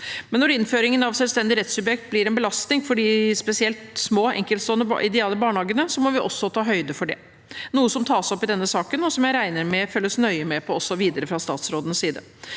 men når innføringen av selvstendig rettssubjekt blir en belastning, spesielt for de små enkeltstående og ideelle barnehagene, må vi også ta høyde for det. Det er noe som tas opp i denne saken, og som jeg regner med følges nøye med på også videre fra statsrådens side.